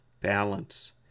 Balance